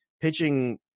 pitching